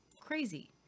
crazy